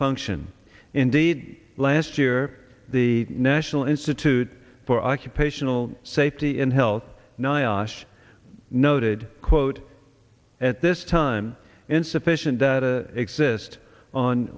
function in the last year the national institute for occupational safety and health nyasha noted quote at this time insufficient data exist on